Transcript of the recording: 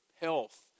health